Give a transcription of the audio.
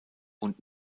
und